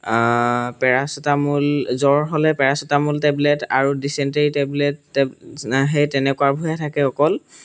paracetamol জ্বৰ হ'লে paracetamol tablet আৰু ডিচেণ্টেৰি টেবলেট সেই তেনেকুৱাবোৰহে থাকে অকল